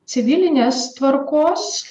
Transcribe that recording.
civilinės tvarkos